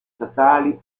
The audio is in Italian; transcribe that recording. statali